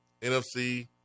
NFC